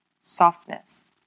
softness